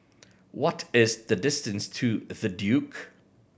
what is the distance to The Duke